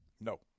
No